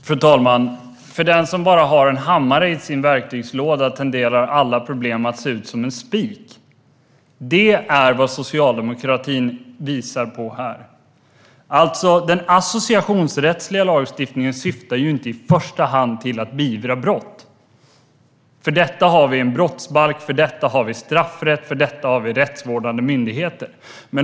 Fru talman! För den som bara har en hammare i sin verktygslåda tenderar alla problem att se ut som en spik. Det är vad Socialdemokraterna visar på här. Den associationsrättsliga lagstiftningen syftar inte i första hand till att beivra brott. För detta har vi en brottsbalk, straffrätt och rättsvårdande myndigheter.